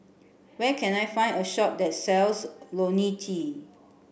where can I find a shop that sells Lonil T